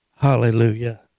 Hallelujah